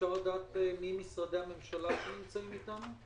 אפשר לדעת מי משרדי הממשלה שנמצאים איתנו?